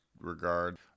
regard